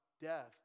death